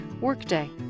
Workday